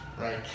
right